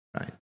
Right